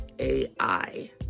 AI